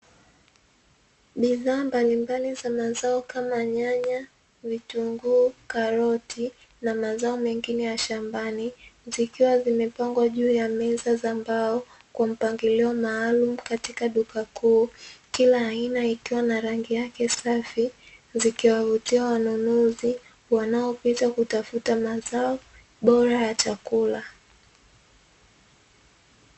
Bidhaa mbalimbali za mazao kama nyanya, vitunguu, karoti na mazao mengine ya shambani, zikiwa zimepangwa juu ya meza za mbao, kwa mpangilio maalumu katika duka kuu, kila aina ikiwa na rangi yake safi, zikiwavutia wanunuzi wanaopita kutafuta mazao bora ya chakula.